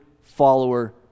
follower